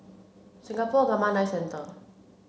Singapore Gamma Knife Centre